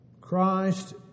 Christ